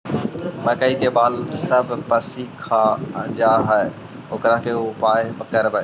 मकइ के बाल सब पशी खा जा है ओकर का उपाय करबै?